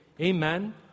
Amen